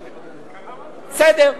בסדר,